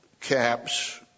caps